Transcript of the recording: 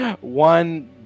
One